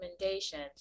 recommendations